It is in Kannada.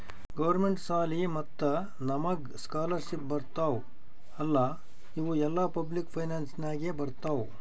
ಗೌರ್ಮೆಂಟ್ ಸಾಲಿ ಮತ್ತ ನಮುಗ್ ಸ್ಕಾಲರ್ಶಿಪ್ ಬರ್ತಾವ್ ಅಲ್ಲಾ ಇವು ಎಲ್ಲಾ ಪಬ್ಲಿಕ್ ಫೈನಾನ್ಸ್ ನಾಗೆ ಬರ್ತಾವ್